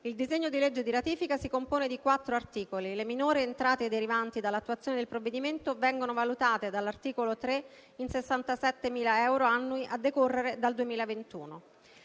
Il disegno di legge di ratifica si compone di quattro articoli. Le minori entrate derivanti dall'attuazione del provvedimento vengono valutate, dall'articolo 3, in 67.000 euro annui a decorrere dal 2021.